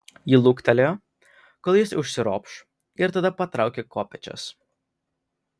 ji luktelėjo kol jis užsiropš ir tada patraukė kopėčias